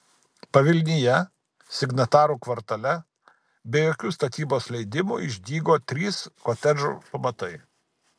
pavilnyje signatarų kvartale be jokių statybos leidimų išdygo trys kotedžų pamatai